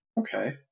Okay